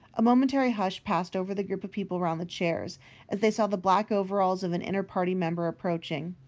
a momentary hush passed over the group of people round the chairs as they saw the black overalls of an inner party member approaching.